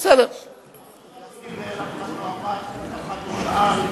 אף אחד לא אמר, אף אחד לא שאל.